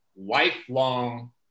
lifelong-